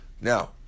Now